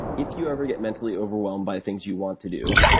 if you ever get mentally overwhelmed by things you want to do,